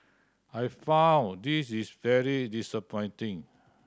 I find this is very disappointing